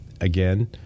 again